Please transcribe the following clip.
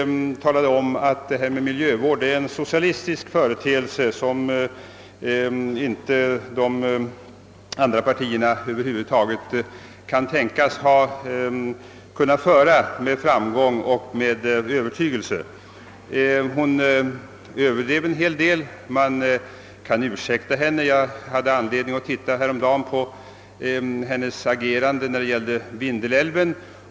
Fru Eriks son förklarade då att miljövården är en socialistisk företeelse; de frågorna kan övriga partier inte tänkas driva med framgång och övertygelse. Givetvis överdrev fru Eriksson en hel del den gången, men det kan kanske ursäktas henne. Häromdagen hade jag nämligen anledning att se litet närmare på fru Erikssons agerande under debatten om Vindelälven.